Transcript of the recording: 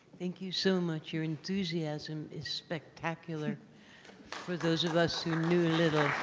thank you so much. you enthusiasm is spectacular for those of us who knew little.